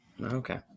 Okay